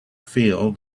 feel